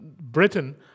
Britain